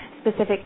specific